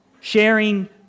sharing